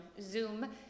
Zoom